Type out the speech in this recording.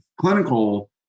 clinical